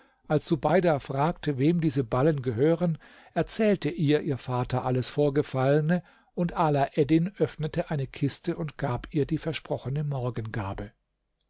als subeida fragte wem diese ballen gehören erzählte ihr ihr vater alles vorgefallene und ala eddin öffnete eine kiste und gab ihr die versprochene morgengabe